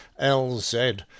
lz